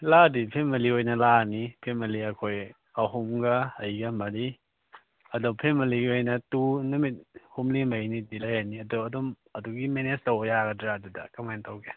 ꯂꯥꯛꯑꯗꯤ ꯐꯦꯃꯤꯂꯤ ꯑꯣꯏꯅ ꯂꯥꯛꯑꯅꯤ ꯐꯦꯃꯤꯂꯤ ꯑꯩꯈꯣꯏ ꯑꯍꯨꯝꯒ ꯑꯩꯒ ꯃꯔꯤ ꯑꯗꯣ ꯐꯦꯃꯤꯂꯤꯒꯤ ꯑꯣꯏꯅ ꯇꯨꯔ ꯅꯨꯃꯤꯠ ꯍꯨꯝꯅꯤ ꯃꯔꯤꯅꯤꯗꯤ ꯂꯩꯔꯅꯤ ꯑꯗꯣ ꯑꯗꯨꯝ ꯑꯗꯨꯒꯤ ꯃꯦꯅꯦꯖ ꯇꯧꯕ ꯌꯥꯒꯗ꯭ꯔꯥ ꯑꯗꯨꯗ ꯀꯃꯥꯏ ꯇꯧꯒꯦ